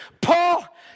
Paul